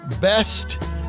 best